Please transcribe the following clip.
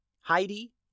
Heidi